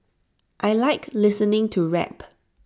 I Like listening to rap